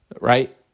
right